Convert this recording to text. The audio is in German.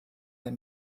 der